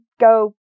go